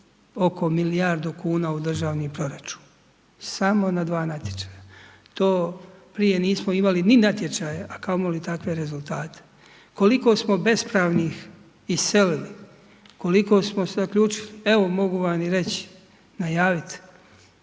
oko milijardu kuna u državni proračun. Samo na dva natječaja. To prije nismo imali ni natječaja, a kamo li takve rezultate. Koliko smo bespravnih iselili, koliko smo se uključili, evo, mogu vam reći, najaviti,